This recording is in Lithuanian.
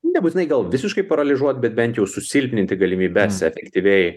nebūtinai gal visiškai paralyžiuot bet bent jau susilpninti galimybes efektyviai